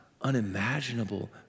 unimaginable